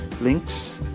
links